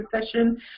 session